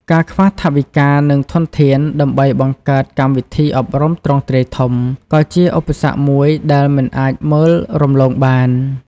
ការខ្វះថវិកានិងធនធានដើម្បីបង្កើតកម្មវិធីអប់រំទ្រង់ទ្រាយធំ ក៏ជាឧបសគ្គមួយដែលមិនអាចមើលរំលងបាន។